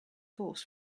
horse